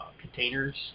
containers